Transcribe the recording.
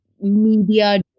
media